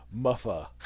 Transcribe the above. muffa